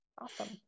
Awesome